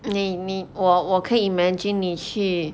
你你我我可以 imagine 你去